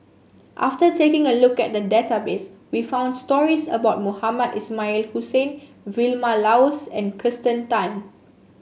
after taking a look at the database we found stories about Mohamed Ismail Hussain Vilma Laus and Kirsten Tan